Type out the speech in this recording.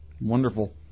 Wonderful